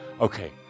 Okay